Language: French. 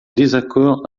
désaccord